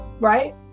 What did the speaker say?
right